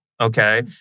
Okay